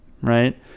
right